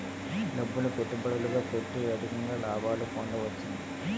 డబ్బులు పెట్టుబడిగా పెట్టి అధిక లాభాలు పొందవచ్చును